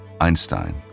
Einstein